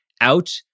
out